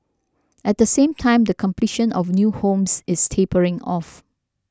at the same time the completion of new homes is tapering off